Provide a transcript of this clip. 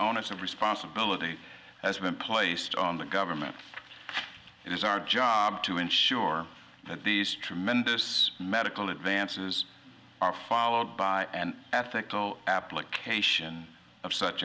onus of responsibility has been placed on the government it is our job to ensure that these tremendous medical advances are followed by an ethical application of such